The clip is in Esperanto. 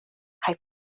kaj